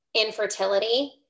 infertility